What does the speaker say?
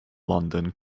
london